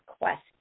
question